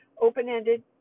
open-ended